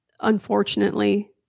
unfortunately